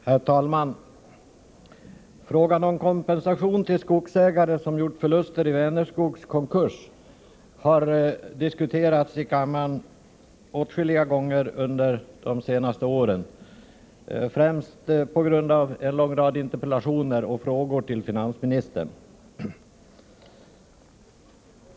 Herr talman! Frågan om kompensation till skogsägare som gjort förluster i Vänerskogs konkurs har diskuterats i kammaren åtskilliga gånger under de senaste åren, främst på grund av en lång rad interpellationer och frågor till finansministern.